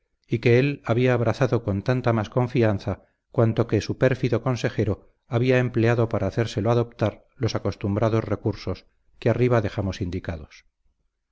y que él había abrazado con tanta más confianza cuanto que su pérfido consejero había empleado para hacérselo adoptar los acostumbrados recursos que arriba dejamos indicados